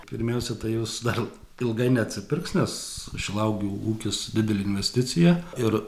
pirmiausia tai jos dar ilgai neatsipirks nes šilauogių ūkis didelė investicija ir